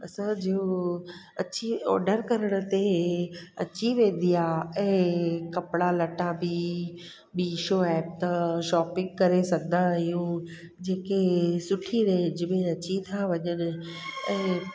असांजो अची ऑडर करण ते अची वेंदी आहे ऐं कपिड़ा लटा बि मीशो एप सां शॉपिंग करे सघंदा आहियूं जेके सुठी रेंज में अची था वञनि ऐं